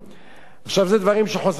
אלה דברים שחוזרים על עצמם,